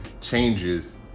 changes